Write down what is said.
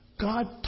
God